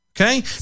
okay